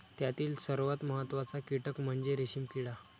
त्यातील सर्वात महत्त्वाचा कीटक म्हणजे रेशीम किडा